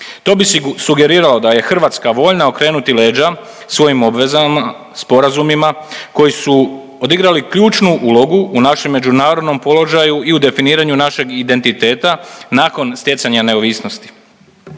To bi sugeriralo da je Hrvatska voljna okrenuti leđa svojim obvezama, sporazumima koji su odigrali ključnu ulogu u našem međunarodnom položaju i u definiranju našeg identiteta nakon stjecanja neovisnosti.